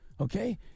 okay